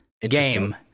game